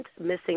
Missing